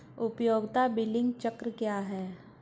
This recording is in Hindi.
उपयोगिता बिलिंग चक्र क्या है?